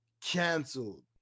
canceled